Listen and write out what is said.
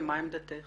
ומה עמדתך?